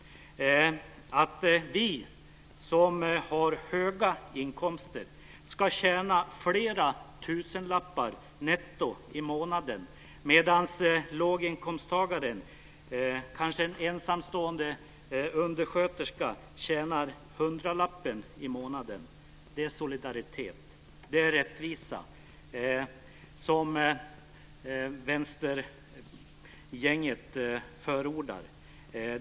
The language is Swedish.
Att vi som har höga inkomster ska tjäna flera tusenlappar netto i månaden medan en låginkomsttagare, kanske en ensamstående undersköterska, tjänar bara hundralappen i månaden, det är den solidaritet och den rättvisa som vänstergänget förordar.